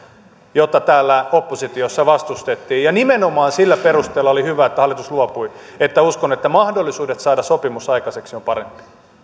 jota täällä oppositiossa vastustettiin nimenomaan sillä perusteella oli hyvä että hallitus luopui että uskon että mahdollisuudet saada sopimus aikaiseksi ovat paremmat